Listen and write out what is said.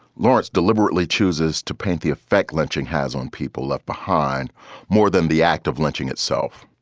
lawrence deliberately chooses to paint the effect lynching has on people left behind more than the act of lynching itself.